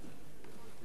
אני לא אמרתי, לא.